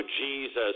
Jesus